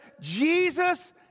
Jesus